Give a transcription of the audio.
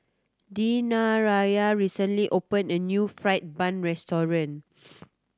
Dayanara recently opened a new fried bun restaurant